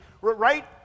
right